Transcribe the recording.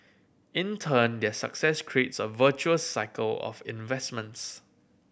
in turn their success creates a virtuous cycle of investments